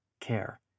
care